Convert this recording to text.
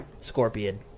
Scorpion